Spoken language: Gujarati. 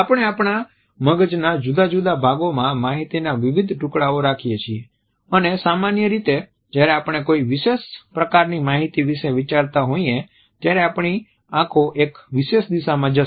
આપણે આપણા મગજના જુદા જુદા ભાગોમાં માહિતીના વિવિધ ટુકડાઓ રાખીયે છીએ અને સામાન્ય રીતે જ્યારે આપણે કોઈ વિશેષ પ્રકારની માહિતી વિશે વિચારતા હોઈએ ત્યારે આપણી આંખો એક વિશેષ દિશામાં જશે